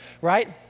right